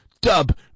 dub